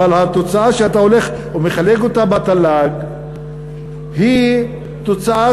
אבל התוצאה שאתה הולך ומחלק אותה בתל"ג היא תוצאה